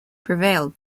prevailed